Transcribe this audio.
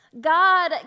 God